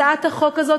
הצעת החוק הזאת,